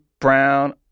Brown